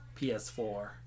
PS4